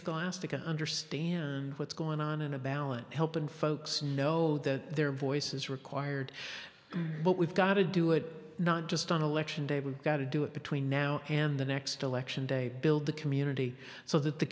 caustic and understand what's going on in a balance helping folks know that their voices required but we've got to do it not just on election day we've got to do it between now and the next election day build the community so that the